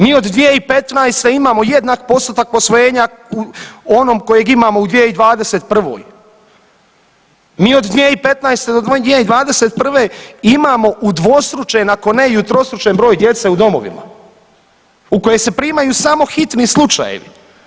Mi od 2015. imamo jednak postotak posvojenja u onom kojeg imamo u 2021., mi od 2015. do 2021. imamo udvostručen ako ne i utrostručen broj djece u domovima u koje se primaju samo hitni slučajevi.